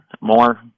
more